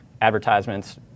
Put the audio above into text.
advertisements